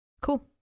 Cool